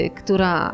która